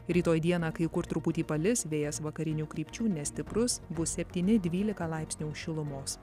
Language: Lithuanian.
rytoj dieną kai kur truputį palis vėjas vakarinių krypčių nestiprus bus septyni dvylika laipsnių šilumos